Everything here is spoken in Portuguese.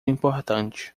importante